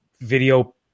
video